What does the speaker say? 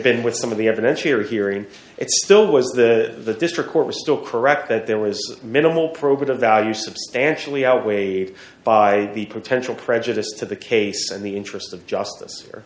been with some of the evidence we are hearing it still was the district court was still correct that there was minimal probative value substantially outweighed by the potential prejudice to the case and the interests of justice